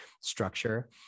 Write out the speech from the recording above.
structure